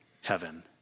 heaven